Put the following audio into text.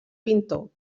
pintor